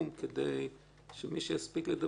כדי שמי שיספיק לדבר,